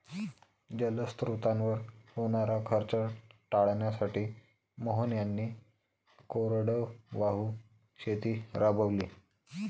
जलस्रोतांवर होणारा खर्च टाळण्यासाठी मोहन यांनी कोरडवाहू शेती राबवली